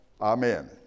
Amen